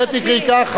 אז לזה תקראי כך.